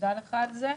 ותודה לך על זה.